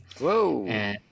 Whoa